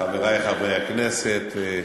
חברי חברי הכנסת,